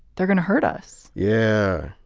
they're going to hurt us yeah,